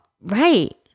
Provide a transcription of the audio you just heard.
Right